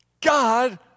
God